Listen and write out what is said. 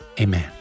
Amen